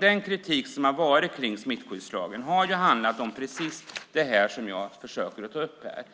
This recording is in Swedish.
Den kritik som har riktats mot smittskyddslagen har handlat om precis det som jag försöker ta upp här: